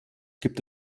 gibt